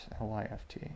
L-I-F-T